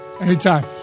Anytime